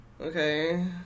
okay